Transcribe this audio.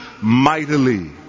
mightily